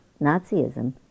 Nazism